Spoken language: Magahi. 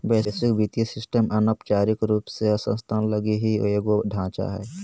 वैश्विक वित्तीय सिस्टम अनौपचारिक रूप से संस्थान लगी ही एगो ढांचा हय